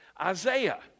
Isaiah